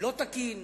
לא תקין,